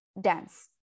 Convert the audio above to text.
dance